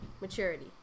maturity